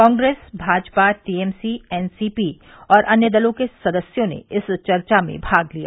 Congress Bhajpa T M C N C P और अन्य दलों के सदस्यों ने इस चर्चा में भाग लिया